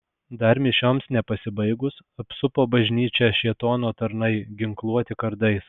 dar mišioms nepasibaigus apsupo bažnyčią šėtono tarnai ginkluoti kardais